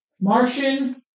Martian